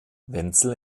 wenzel